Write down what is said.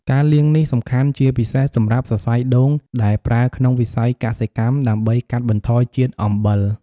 ការលាងនេះសំខាន់ជាពិសេសសម្រាប់សរសៃដូងដែលប្រើក្នុងវិស័យកសិកម្ម ដើម្បីកាត់បន្ថយជាតិអំបិល។